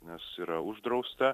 nes yra uždrausta